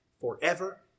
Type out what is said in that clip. forever